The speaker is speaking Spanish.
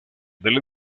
del